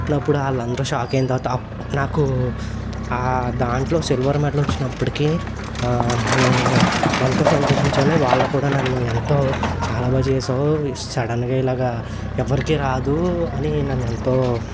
అప్పుడు వాళ్ళందరూ షాక్ అయిన తర్వాత నాకు దాంట్లో సిల్వర్ మెడల్ వచ్చినప్పటికీ నేను ఎంతో సంతోషించాను వాళ్ళు కూడా నన్ను ఎంతో చాలా బాగా చేసావు సడన్గా ఇలాగా ఎవరికీ రాదు అని నన్ను ఎంతో